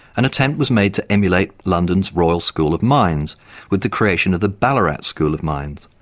an attempt was made to emulate london's royal school of mines with the creation of the ballarat school of mines,